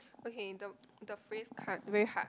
okay the the phrase very hard